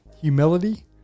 humility